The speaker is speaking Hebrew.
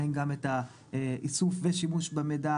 האם גם את האיסוף ושימוש במידע